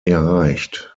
erreicht